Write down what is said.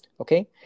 okay